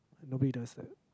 nobody does that